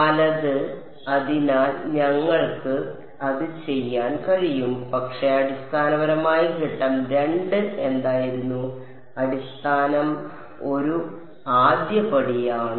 വലത് അതിനാൽ ഞങ്ങൾക്ക് അത് ചെയ്യാൻ കഴിയും പക്ഷേ അടിസ്ഥാനപരമായി ഘട്ടം 2 എന്തായിരുന്നു അടിസ്ഥാനം ഒരു ആദ്യപടിയാണ്